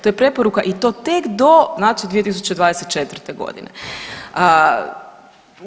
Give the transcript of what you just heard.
To je preporuka i to tek do znači do 2024.g.